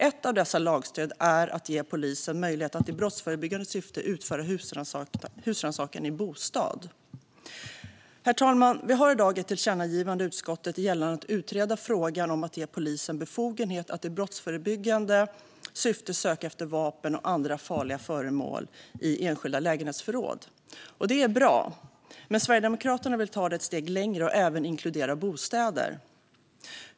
Ett av dessa lagstöd är att ge polisen möjlighet att i brottsförebyggande syfte utföra husrannsakan i bostad. Herr talman! Vi har i dag ett tillkännagivande i utskottet gällande att utreda frågan om att ge polisen befogenhet att i brottsförebyggande syfte söka efter vapen och andra farliga föremål i enskilda lägenhetsförråd. Det är bra. Men Sverigedemokraterna vill ta det ett steg längre och även inkludera bostäder.